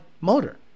motor